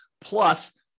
plus